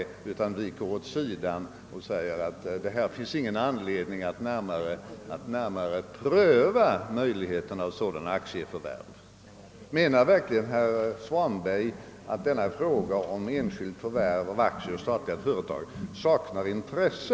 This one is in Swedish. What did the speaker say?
Istället viker man åt sidan och säger att det inte finns anledning att närmare pröva möjligheterna av sådana aktieförvärv. Menar verkligen herr Svanberg att denna fråga om enskilt förvärv av aktier i statliga företag saknar intresse?